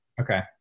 Okay